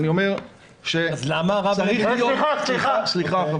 אז למה --- סליחה,